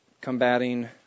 combating